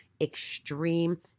extreme